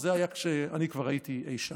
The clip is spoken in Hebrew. וזה היה כשאני כבר הייתי אי שם.